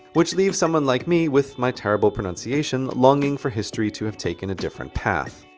which leaves someone like me with my terrible pronunciation longing for history to have taken a different path.